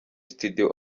studio